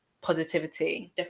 positivity